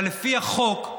אבל לפי החוק,